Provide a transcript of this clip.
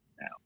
now